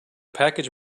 package